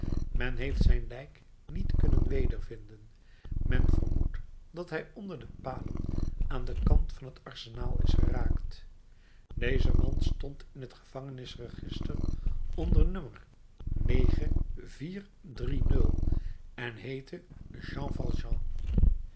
men heeft zijn lijk niet kunnen wedervinden men vermoedt dat hij onder de palen aan den kant van t arsenaal is geraakt deze man stond in t gevangenisregister onder nummer en heette